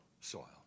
soil